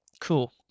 Cool